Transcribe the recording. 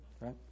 Right